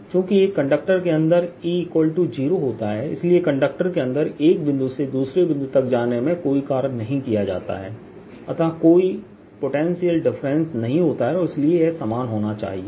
चूंकि एक कंडक्टर के अंदर E 0 होता है इसलिए कंडक्टर के अंदर एक बिंदु से दूसरे बिंदु तक जाने में कोई कार्य नहीं किया जाता है अतः तो कोई पोटेंशियल डिफरेंस नहीं होता है और इसलिए यह समान होना चाहिए